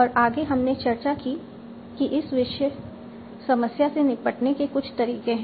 और आगे हमने चर्चा की कि इस समस्या से निपटने के कुछ तरीके हैं